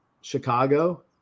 Chicago